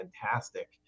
fantastic